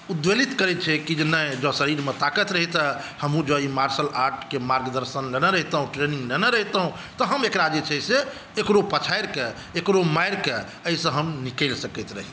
उद्वेलित करैत छै कि जे नहि जँ शरीरमे ताकत रहितै हमहूँ जँ ई मार्शल आर्टके मार्गदर्शन लेने रहितौं ट्रेनिंग लेने रहितौं तऽ हम एकरा जे छै से एकरो पछारि कऽ एकरो मारि कऽ एहिसँ हम निकैल सकैत रही